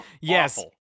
yes